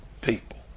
people